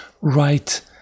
right